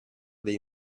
dei